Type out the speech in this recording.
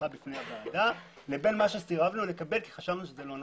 את מה שסירבנו לקבל כי חשבנו שזה לא נכון.